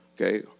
okay